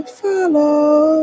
follow